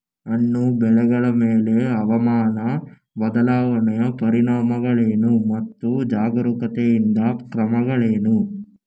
ಹಣ್ಣು ಬೆಳೆಗಳ ಮೇಲೆ ಹವಾಮಾನ ಬದಲಾವಣೆಯ ಪರಿಣಾಮಗಳೇನು ಮತ್ತು ಜಾಗರೂಕತೆಯಿಂದ ಕ್ರಮಗಳೇನು?